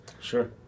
Sure